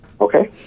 Okay